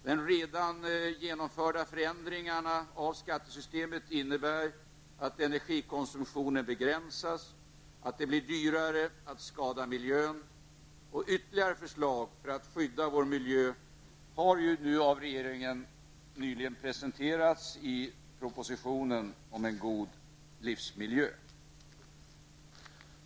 De redan genomförda förändringarna av skattesystemet innebär att energikonsumtionen begränsas och att det blir dyrare att skada miljön. Ytterligare förslag för att skydda vår miljö har nyligen presenterats av regeringen i propositionen om en god livsmiljö.